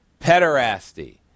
Pederasty